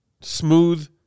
Smooth